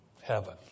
Heaven